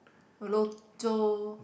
Rochor